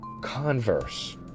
Converse